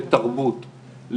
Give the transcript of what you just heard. לתרבות,